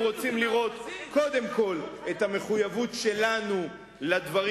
אנחנו רוצים לראות קודם כול את המחויבות שלנו לדברים